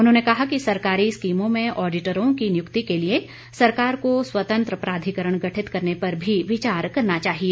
उन्होंने कहा कि सरकारी स्कीमों में ऑडिटरों की नियुक्ति के लिए सरकार को स्वतंत्र प्राधिकरण गठित करने पर भी विचार करना चाहिए